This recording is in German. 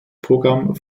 programm